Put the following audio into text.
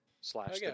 slash